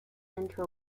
into